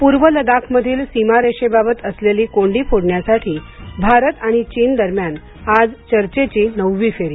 पूर्व लडाखमधील सीमा रेषेबाबत असलेली कोंडी फोडण्यासाठी भारत आणि चीन दरम्यान आज चर्चेची नववी फेरी